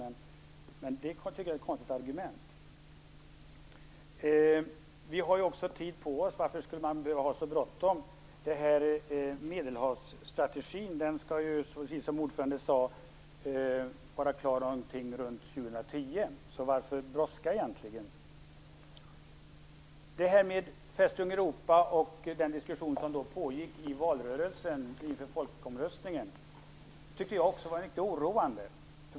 Men jag tycker att det är ett konstigt argument. Vi har tid på oss. Varför skall vi ha så bråttom? Medelhavsstrategin skall ju, precis som ordföranden sade, vara klar omkring år 2010. Varför brådska egentligen? Detta med Festung Europa och den diskussion som pågick i valrörelsen inför folkomröstningen tyckte jag var litet oroande.